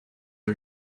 are